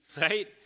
right